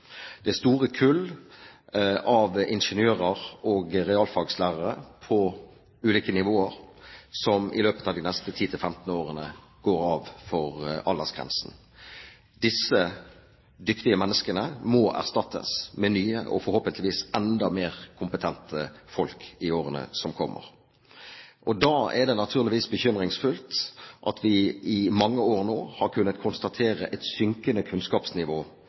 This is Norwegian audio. Det er store kull av ingeniører og realfagslærere på ulike nivåer som i løpet av de neste 10–15 årene går av for aldersgrensen. Disse dyktige menneskene må erstattes med nye og forhåpentligvis enda mer kompetente folk i årene som kommer. Da er det naturligvis bekymringsfullt at vi i mange år nå har kunnet konstatere et synkende kunnskapsnivå